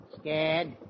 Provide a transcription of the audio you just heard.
Scared